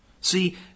See